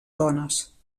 dones